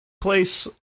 place